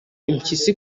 impyisi